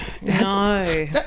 No